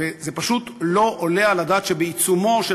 וזה פשוט לא עולה על הדעת שבעיצומו של